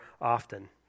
often